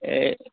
এই